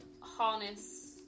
harness